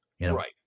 Right